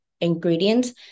ingredients